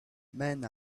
men